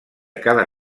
cada